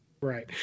Right